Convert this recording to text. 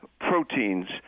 proteins